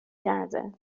کرده